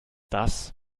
das